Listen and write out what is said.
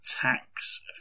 tax